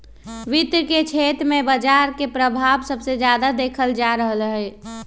वित्त के क्षेत्र में बजार के परभाव सबसे जादा देखल जा रहलई ह